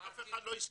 אף אחד לא הסכים.